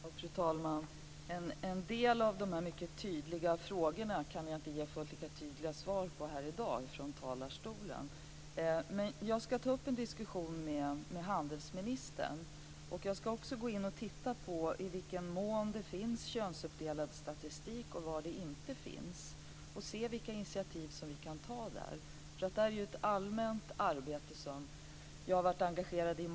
Fru talman! En del av de mycket tydliga frågorna kan jag inte ge fullt lika tydliga svar på här i dag från talarstolen men jag ska ta upp en diskussion med handelsministern. Jag ska också gå in och titta på i vilken mån det finns könsuppdelad statistik och var det inte finns en sådan för att se vilka initiativ vi kan ta där. Det här är ju ett allmänt arbete som jag i många år varit engagerad i.